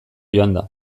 joanda